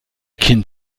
kind